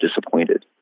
disappointed